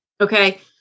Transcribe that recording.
Okay